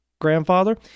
grandfather